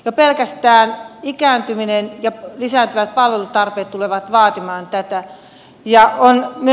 jo pelkästään ikääntyminen ja lisääntyvät palvelutarpeet tulevat vaatimaan tätä